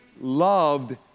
loved